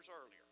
earlier